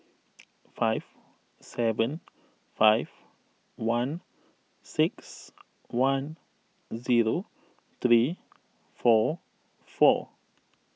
five seven five one six one zero three four four